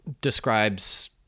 describes